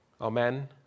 Amen